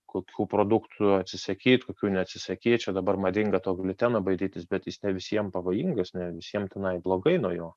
kokių produktų atsisakyt kokių neatsisakyt čia dabar madinga to gliuteno baidytis bet jis ne visiem pavojingas ne visiem tenai blogai nuo jo